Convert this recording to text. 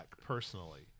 personally